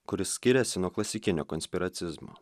kuris skiriasi nuo klasikinio konspiracizmo